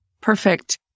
Perfect